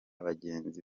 bagenzi